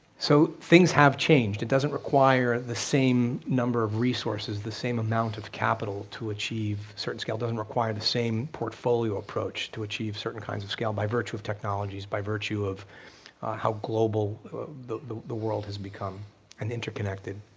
so things have changed, it doesn't require the same number of resources, the same amount of capital to achieve certain scale, it doesn't require the same portfolio approach to achieve certain kinds of scale by virtue of technologies, by virtue of how global the the world has become and interconnected.